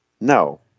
No